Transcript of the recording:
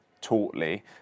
tautly